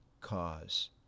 cause